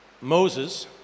Moses